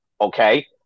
Okay